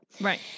Right